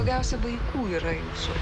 daugiausiai vaikų yra su